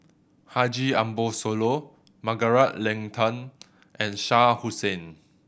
Haji Ambo Sooloh Margaret Leng Tan and Shah Hussain